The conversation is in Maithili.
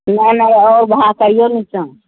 नहि नहि ओ भाओ कहियौ नीकसँ